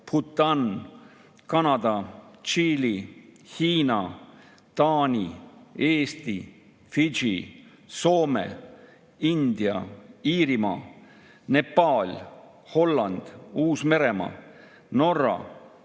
Bhutan, Kanada, Tšiili, Hiina, Taani, Eesti, Fidži, Soome, India, Iirimaa, Nepal, Holland, Uus-Meremaa, Norra,